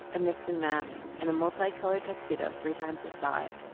and nixon mask and a multi-coloured tuxedo three times his size,